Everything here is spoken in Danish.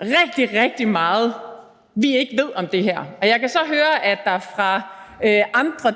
rigtig, rigtig meget, vi ikke ved om det her. Og jeg kan så høre, at der af andre,